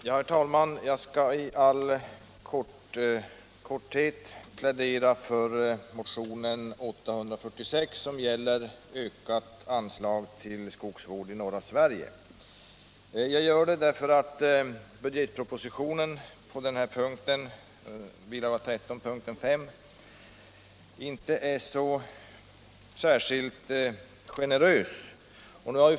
Herr talman! Jag skall i all korthet plädera för motionen 846 som gäller ökat anslag till skogsvård i norra Sverige. Jag gör det därför att budgetpropositionen på den här punkten, bilaga 13 p. 5 inte är så särskilt generös.